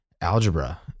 algebra